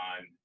on